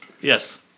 yes